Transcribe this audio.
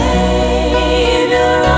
Savior